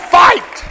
fight